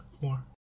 more